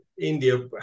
India